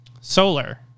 solar